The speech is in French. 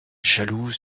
jalouse